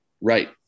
Right